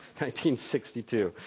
1962